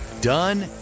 Done